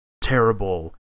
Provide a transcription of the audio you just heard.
terrible